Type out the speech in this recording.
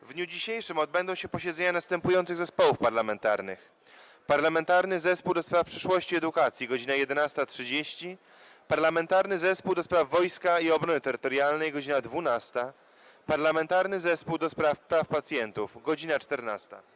W dniu dzisiejszym odbędą się posiedzenia następujących zespołów parlamentarnych: - Parlamentarnego Zespołu ds. Przyszłości Edukacji - godz. 11.30, - Parlamentarnego Zespołu ds. Wojska i Obrony Terytorialnej - godz. 12, - Parlamentarnego Zespołu ds. Praw Pacjentów - godz. 14.